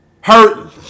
hurt